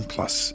Plus